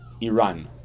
Iran